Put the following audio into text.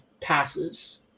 passes